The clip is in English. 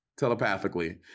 telepathically